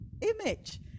image